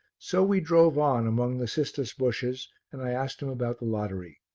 so we drove on among the cistus bushes and i asked him about the lottery.